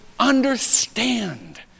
Understand